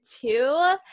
two